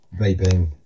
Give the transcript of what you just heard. vaping